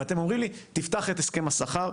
ואתם אומרים לי תפתח את הסכם השכר?